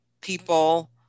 people